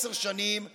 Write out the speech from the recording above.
עשר שנים אחורה.